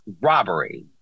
robbery